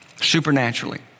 supernaturally